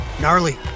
gnarly